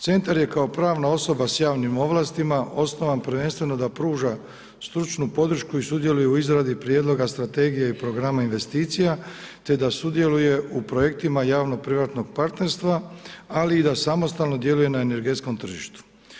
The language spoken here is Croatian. Centar je kao pravna osoba s javnim ovlastima osnovan prvenstveno da pruža stručnu podršku i sudjeluje u izradi prijedloga strategije i programa investicija te da sudjeluje u projektima javno privatnog partnerstva, ali i da samostalno djeluje na energetskom tržištu.